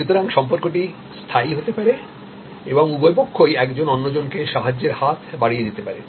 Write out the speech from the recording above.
সুতরাং সম্পর্কটি স্থায়ী হতে পারে এবং উভয়পক্ষই একজন অন্যজনকে সাহায্যের হাত বাড়িয়ে দিতে পারে